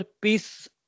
peace